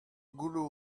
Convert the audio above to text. gouloù